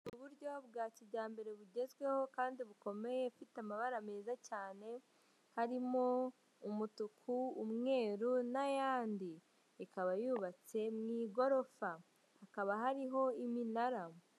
Uburyo bwa kijyambere bugezweho kandi bukomeye ifite amabara meza cyane, harimo umutuku, umweru n'ayandi, ikaba yubatse mu igorofa, hakaba hariho iminara.